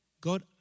God